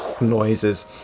noises